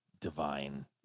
divine